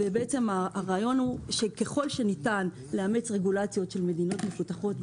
הרעיון הוא שככול שניתן לאמץ רגולציות של מדינות מפותחות,